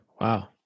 Wow